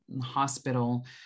hospital